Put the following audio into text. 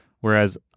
Whereas